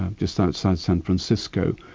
ah just outside san francisco,